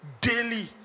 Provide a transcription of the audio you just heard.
daily